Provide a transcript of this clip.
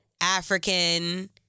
African